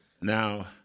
Now